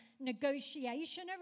negotiation